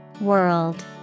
World